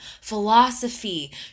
philosophy